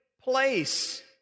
place